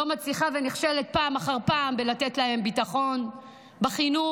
לא מצליחה ונכשלת פעם אחר פעם בלתת להם ביטחון בחינוך,